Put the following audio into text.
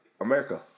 America